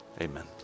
amen